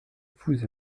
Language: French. vous